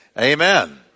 Amen